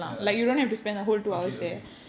ya okay okay